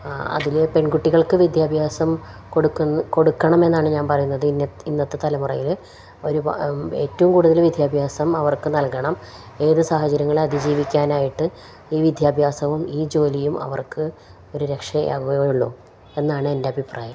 അതില് പെൺകുട്ടികൾക്കു വിദ്യാഭ്യാസം കൊടുക്കണമെന്നാണു ഞാൻ പറയുന്നത് ഇന്നത്തെ തലമുറയില് ഒരു ഏറ്റവും കൂടുതല്ല് വിദ്യാഭ്യാസം അവർക്കു നൽകണം ഏതു സാഹചര്യങ്ങളെ അതിജീവിക്കാനായിട്ട് ഈ വിദ്യാഭ്യാസവും ഈ ജോലിയും അവർക്ക് ഒരു രക്ഷയാകുകയുള്ളൂ എന്നാണ് എൻ്റെ അഭിപ്രായം